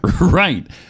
Right